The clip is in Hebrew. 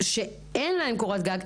שאין להן קורת גג,